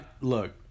look